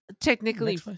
Technically